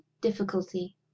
Difficulty